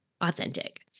authentic